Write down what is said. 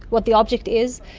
what the object is.